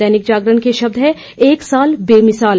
दैनिक जागरण के शब्द हैं एक साल बेमिसाल